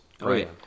Right